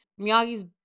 Miyagi's